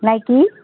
ᱱᱟᱭᱠᱮ